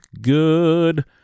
good